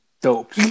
dope